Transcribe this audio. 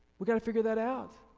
we gotta figure that out.